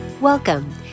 Welcome